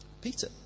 Peter